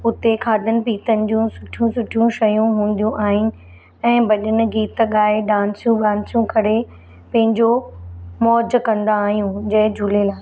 हुते खाधनि पीतनि जूं सुठियूं सुठियूं शयूं हूंदियूं आहिनि ऐं भॼनु गीत ॻाए डांसियूं वांसियूं करे पंहिंजो मौजु कंदा आहियूं जय झूलेलाल